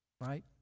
right